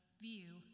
view